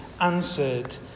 answered